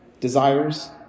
desires